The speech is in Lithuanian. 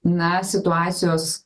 na situacijos